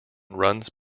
runs